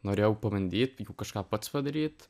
norėjau pabandyt kažką pats padaryt